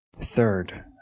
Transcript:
Third